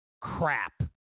Crap